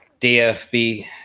dfb